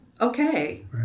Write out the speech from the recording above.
okay